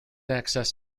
access